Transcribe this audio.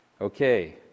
okay